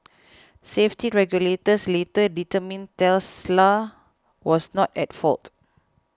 safety regulators later determined Tesla was not at fault